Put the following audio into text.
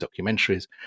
documentaries